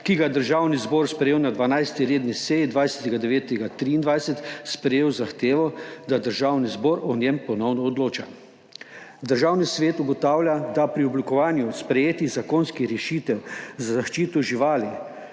ki ga je Državni zbor sprejel na 12. redni seji 20. 9. 2023, sprejel zahtevo, da Državni zbor o njem ponovno odloča. Državni svet ugotavlja, da pri oblikovanju sprejetih zakonskih rešitev za zaščito živali